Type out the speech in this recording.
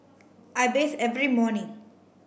I bathe every morning